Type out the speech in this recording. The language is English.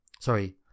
Sorry